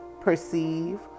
perceive